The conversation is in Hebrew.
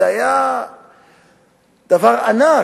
זה היה דבר ענק.